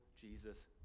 Jesus